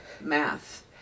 Math